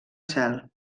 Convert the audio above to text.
cel